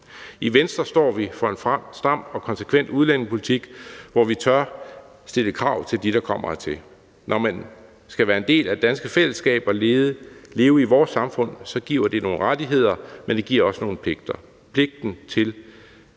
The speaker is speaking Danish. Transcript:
I Venstre står vi for en stram og konsekvent udlændingepolitik, hvor vi tør stille krav til dem, der kommer hertil. Når man skal være en del af det danske fællesskab og leve i vores samfund, giver det nogle rettigheder, men det giver også nogle pligter: